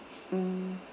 mm